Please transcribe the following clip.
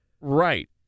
Right